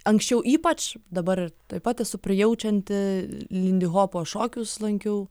anksčiau ypač dabar taip pat esu prijaučianti lindihopo šokius lankiau